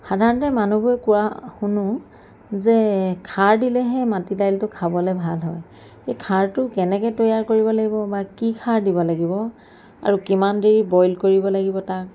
সাধাৰণতে মানুহবোৰে কোৱা শুনো যে খাৰ দিলেহে মাটি দাইলটো খাবলৈ ভাল হয় এই খাৰটো কেনেকৈ তৈয়াৰ কৰিব লাগিব বা কি খাৰ দিব লাগিব আৰু কিমান দেৰি বইল কৰিব লাগিব তাক